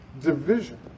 division